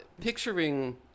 picturing